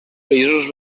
països